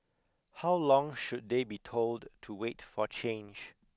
how long should they be told to wait for change